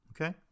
Okay